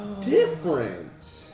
different